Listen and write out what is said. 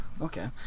okay